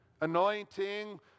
Anointing